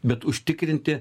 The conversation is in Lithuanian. bet užtikrinti